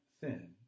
thin